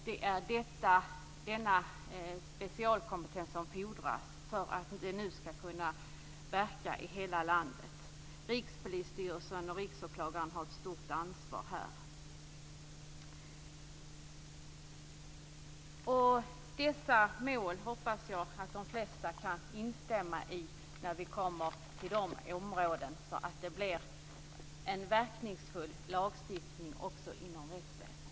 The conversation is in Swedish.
Det är denna specialkompetens som fordras för att miljöbalken skall kunna verka i hela landet. Rikspolisstyrelsen och Riksåklagaren har ett stort ansvar. Jag hoppas att de flesta kan instämma i dessa mål, så att miljöbalken kan bli en verkningsfull lagstiftning också inom rättsväsendet.